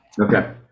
Okay